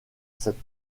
cette